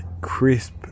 Crisp